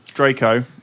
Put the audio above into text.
Draco